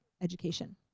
education